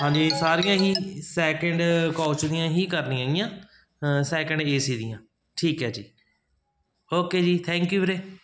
ਹਾਂਜੀ ਸਾਰੀਆਂ ਹੀ ਸੈਕਿੰਡ ਕੋਚ ਦੀਆਂ ਹੀ ਕਰਨੀਆਂ ਹੈਗੀਆਂ ਸੈਕਿੰਡ ਏਸੀ ਦੀਆਂ ਠੀਕ ਹੈ ਜੀ ਓਕੇ ਜੀ ਥੈਂਕ ਯੂ ਵੀਰੇ